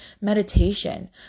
meditation